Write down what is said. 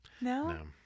No